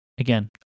Again